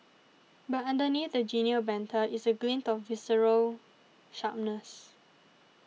but underneath the genial banter is a glint of visceral sharpness